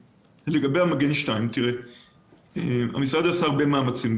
לגבי המגן 2 המשרד עשה הרבה מאמצים,